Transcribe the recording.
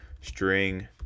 String